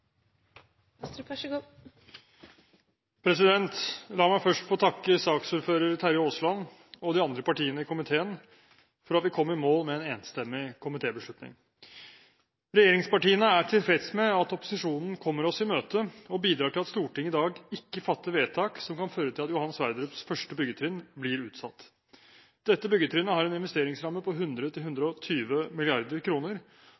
La meg først få takke saksordføreren, Terje Aasland, og de andre partiene i komiteen for at vi kom i mål med en enstemmig komitébeslutning. Regjeringspartiene er tilfreds med at opposisjonen kommer oss i møte og bidrar til at Stortinget i dag ikke fatter vedtak som kan føre til at Johan Sverdrups første byggetrinn blir utsatt. Dette byggetrinnet har en investeringsramme på